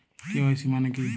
KYC মানে কী?